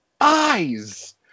eyes